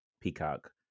Peacock